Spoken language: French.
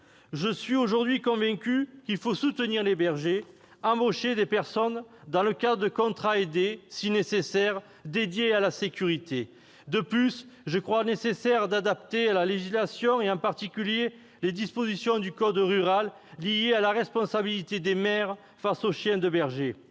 je suis aujourd'hui convaincu qu'il faut soutenir les bergers et embaucher, si nécessaire dans le cadre de contrats aidés, des personnes dédiées à la sécurité. De plus, je crois nécessaire d'adapter la législation et, en particulier, les dispositions du code rural ayant pour objet la responsabilité des maires quant aux chiens de berger.